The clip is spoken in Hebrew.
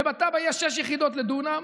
ובתב"ע יש שש יחידות לדונם,